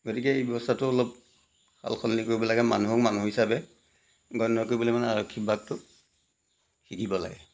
গতিকে এই ব্যৱস্থাটো অলপ সাল সলনি কৰিব লাগে মানুহক মানুহ হিচাপে গণ্য কৰিবলৈ মানে আৰক্ষী শিকিব লাগে